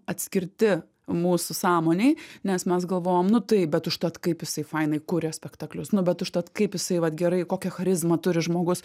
atskirti mūsų sąmonėj nes mes galvojam nu taip bet užtat kaip jisai fainai kuria spektaklius nu bet užtat kaip jisai vat gerai kokia charizmą turi žmogus